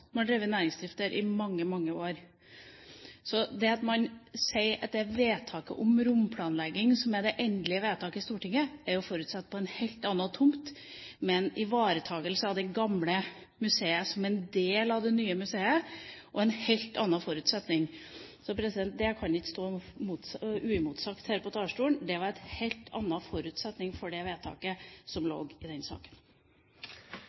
i mange, mange år. Så det at man sier at det er vedtaket om romplanlegging som er det endelige vedtaket i Stortinget, er jo under forutsetning av en helt annen tomt, men med ivaretakelse av det gamle museet som en del av det nye museet, altså en helt annen forutsetning. Dette kan ikke stå uimotsagt her fra talerstolen. Det var en helt annen forutsetning for det vedtaket som